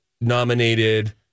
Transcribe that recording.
nominated